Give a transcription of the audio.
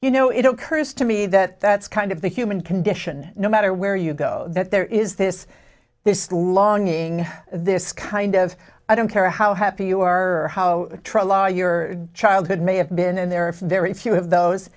you know it occurs to me that that's kind of the human condition no matter where you go that there is this this longing this kind of i don't care how happy you are how your childhood may have been and there are very few of those